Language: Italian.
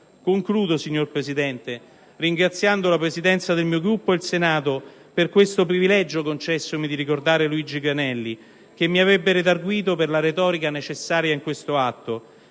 Concludo, signor Presidente, ringraziando la Presidenza del mio Gruppo e il Senato per il privilegio concessomi di ricordare Luigi Granelli, che mi avrebbe redarguito per la retorica necessariamente insita